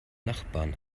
nachbarn